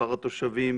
מספר התושבים,